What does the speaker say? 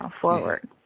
forward